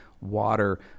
water